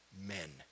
men